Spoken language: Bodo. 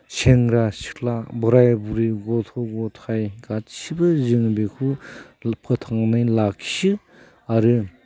सेंग्रा सिख्ला बोराय बुरै गथ' गथाय गासैबो जोङो बेखौ फोथांनानै लाखियो आरो